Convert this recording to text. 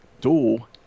dual